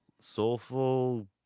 soulful